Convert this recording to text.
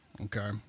okay